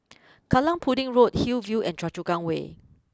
Kallang Pudding Road Hillview and Choa Chu Kang way